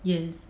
yes